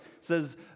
Says